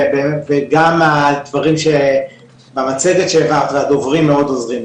וגם הדברים שהעברת במצגת והדוברים מאוד עוזרים.